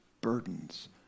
burdens